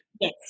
Yes